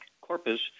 Corpus